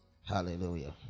Hallelujah